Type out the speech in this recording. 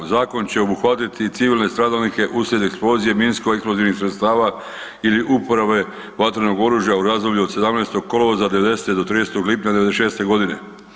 Zakon će obuhvatiti i civilne stradalnike uslijed eksplozije minskoeksplozivnih sredstava ili uporabe vatrenog oružja u razdoblju od 17. kolovoza 90. do 30. lipnja 96. godine.